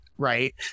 right